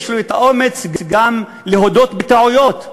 יש לו אומץ גם להודות בטעויות.